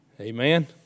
amen